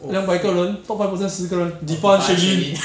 两百个人多 five percent 十个人你 pass already